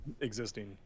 Existing